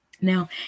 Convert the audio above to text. Now